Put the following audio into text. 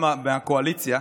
גם מהקואליציה,